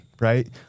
Right